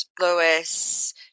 Lewis